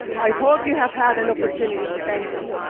i hope you have had an opportunity to thank them.